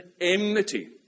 enmity